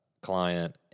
client